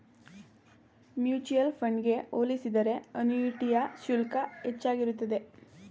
mutual fund ಗೆ ಹೋಲಿಸಿದರೆ ಅನುಯಿಟಿಯ ಶುಲ್ಕ ಹೆಚ್ಚಾಗಿರುತ್ತದೆ